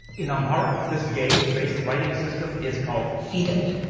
in amharic, this ge'ez-based writing system is called fidal.